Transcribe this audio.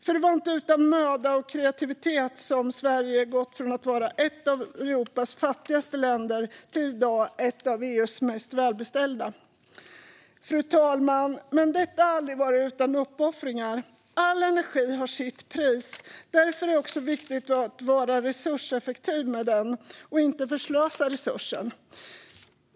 Det är inte utan möda och kreativitet som Sverige har gått från att vara ett av Europas fattigaste länder till att i dag vara ett av EU:s mest välbeställda. Men detta, fru talman, har aldrig varit utan uppoffringar. All energi har sitt pris. Därför är det också viktigt att vara resurseffektiv med energin och inte förslösa resurserna.